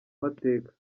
mateka